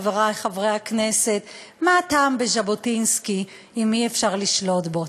חברי חברי הכנסת: מה הטעם בז'בוטינסקי אם אי-אפשר לשלוט בו?